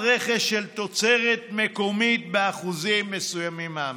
רכש של תוצרת מקומית באחוזים מסוימים מהמכרז.